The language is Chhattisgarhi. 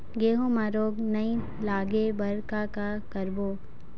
गेहूं म रोग नई लागे बर का का करबो?